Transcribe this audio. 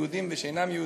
יהודים ושאינם יהודים,